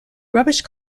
rubbish